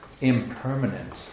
impermanence